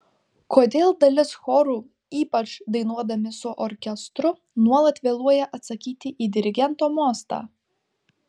kodėl dalis chorų ypač dainuodami su orkestru nuolat vėluoja atsakyti į dirigento mostą